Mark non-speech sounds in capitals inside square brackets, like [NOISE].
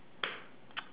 [NOISE]